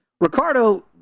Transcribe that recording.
Ricardo